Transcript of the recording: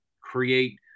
create